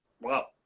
Wow